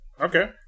Okay